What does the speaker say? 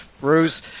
Bruce